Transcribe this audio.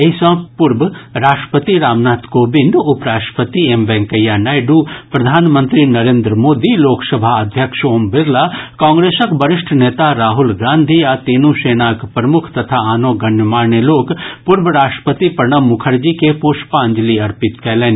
एहि सँ पूर्व राष्ट्रपति रामनाथ कोविन्द उपराष्ट्रपति एम वेंकैया नायडू प्रधानमंत्री नरेन्द्र मोदी लोकसभा अध्यक्ष ओम बिड़ला कांग्रेसक वरिष्ठ नेता राहुल गांधी आ तीनू सेनाक प्रमुख तथा आनो गणमान्य लोक पूर्व राष्ट्रपति प्रणब मुखर्जी के पुष्पांजलि अर्पित कयलनि